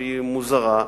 שהיא מוזרה,